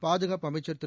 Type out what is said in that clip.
பாதுகாப்பு அமைச்சர் திரு